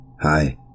Hi